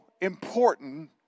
important